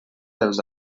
dels